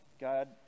God